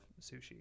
sushi